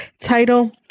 title